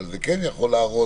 אבל זה כן יכול להרוס